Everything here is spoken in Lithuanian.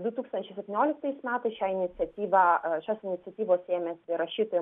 du tūkstančiai septynioliktais metais šią iniciatyvą šios iniciatyvos ėmėsi rašytojai